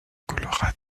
colorado